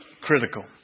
critical